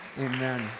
Amen